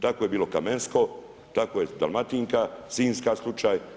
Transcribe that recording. Tako je bilo Kamensko, tako je Dalmatinka, Sinjska slučaj.